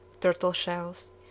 turtle-shells